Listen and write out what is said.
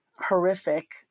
horrific